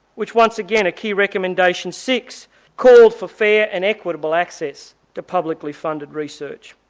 which once again a key recommendation six called for fair and equitable access to publicly funded research.